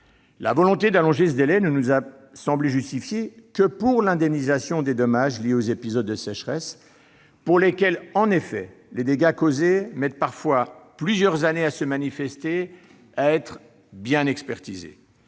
La volonté d'allonger ce délai ne nous a semblé justifiée que pour l'indemnisation des dommages liés aux épisodes de sécheresse, pour lesquels, en effet, les dégâts causés mettent parfois plusieurs années à se manifester et à être bien expertisés.